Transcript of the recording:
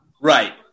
Right